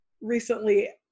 recently